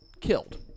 killed